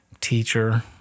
teacher